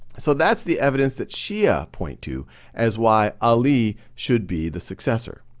so, that's the evidence that shia point to as why ali should be the successor.